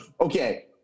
okay